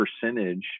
percentage